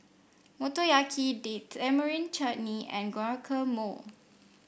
Motoyaki Date Tamarind Chutney and Guacamole